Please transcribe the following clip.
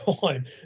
time